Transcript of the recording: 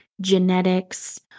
genetics